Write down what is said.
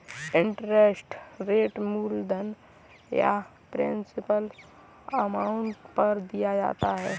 interest rate मूलधन या principal amount पर दिया जाता है